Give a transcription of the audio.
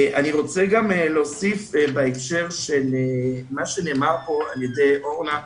אני רוצה להוסיף בהקשר למה שנאמר כאן על ידי אורנה,